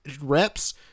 reps